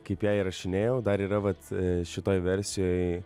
kaip ją įrašinėjau dar yra vat šitoj versijoj